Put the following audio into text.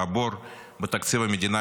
והבור בתקציב המדינה,